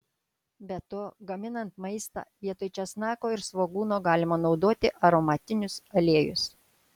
be to gaminant maistą vietoj česnako ir svogūno galima naudoti aromatinius aliejus